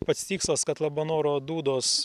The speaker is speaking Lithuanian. pats tikslas kad labanoro dūdos